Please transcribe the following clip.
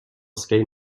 scale